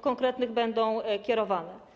konkretnych zakresach będą kierowane.